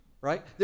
right